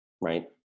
right